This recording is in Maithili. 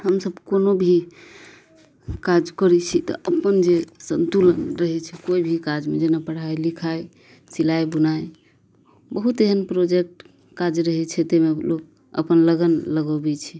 हमसब कोनो भी काज करै छी तऽ अपन जे संतुलन रहै छै कोइ भी काज शमे जेना पढ़ाइ लिखाइ सिलाइ बुनाइ बहुत एहन प्रोजेक्ट काज रहै छै ताहिमे लोक अपन लगन लगबै छी